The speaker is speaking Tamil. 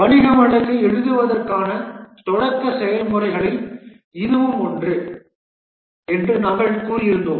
வணிக வழக்கை எழுதுவதற்கான தொடக்க செயல்முறைகளில் இதுவும் ஒன்று என்று நாங்கள் கூறியிருந்தோம்